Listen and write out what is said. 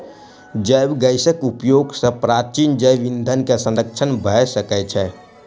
जैव गैसक उपयोग सॅ प्राचीन जैव ईंधन के संरक्षण भ सकै छै